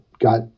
got